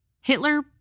Hitler